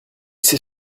c’est